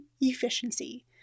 efficiency